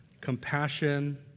compassion